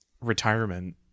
retirement